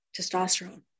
testosterone